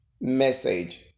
Message